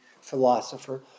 philosopher